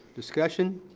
discussion.